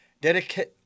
dedicate